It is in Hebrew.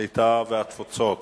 הקליטה והתפוצות.